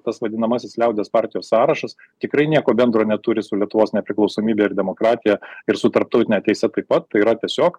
tas vadinamasis liaudies partijos sąrašas tikrai nieko bendro neturi su lietuvos nepriklausomybe ir demokratija ir su tarptautine teise taip pat yra tiesiog